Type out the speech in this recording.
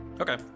okay